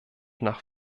nach